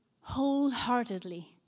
wholeheartedly